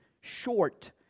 short